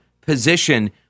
position